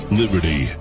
liberty